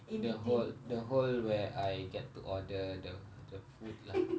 the hole the hole where I get to order the the food lah